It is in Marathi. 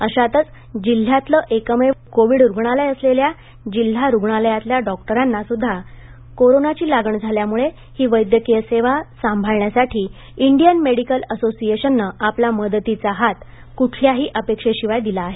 अशातच जिल्ह्यातल एकमेव कोवीड रुग्णालय असलेल्या जिल्हा रूग्णालयातल्या डॉक्टरांना सुद्धा कोरोनाची लागण झाल्यामुळे ही वैद्यकीय सेवा संभाळण्यासाठी इंडियन मेडिकल असोसिएशनने आपला मदतीचा हात कुठल्याही अपेक्षेशिवाय दिला आहे